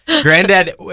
granddad